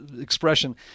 expression